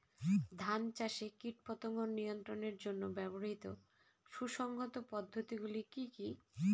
ধান চাষে কীটপতঙ্গ নিয়ন্ত্রণের জন্য ব্যবহৃত সুসংহত পদ্ধতিগুলি কি কি?